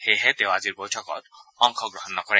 সেয়েহে তেওঁ আজিৰ বৈঠকত অংশগ্ৰহণ নকৰে